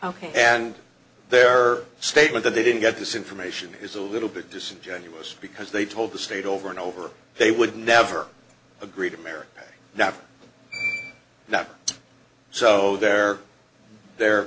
ok and their statement that they didn't get this information is a little bit disingenuous because they told the state over and over they would never agree to america not that so there the